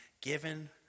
given